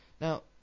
Now